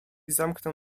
zamknął